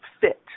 fit